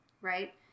right